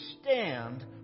stand